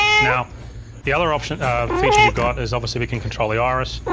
now the other um sort of features you've got is obviously we can control the iris.